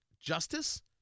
justice